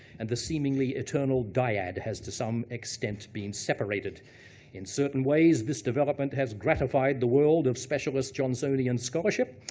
and the seemingly eternal dyad has, to some extent, been separated in certain ways. this development has gratified the world of specialist johnsonian scholarship.